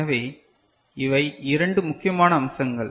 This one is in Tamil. எனவே இவை இரண்டு முக்கியமான அம்சங்கள்